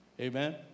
Amen